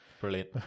Brilliant